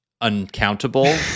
Uncountable